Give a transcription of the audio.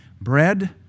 bread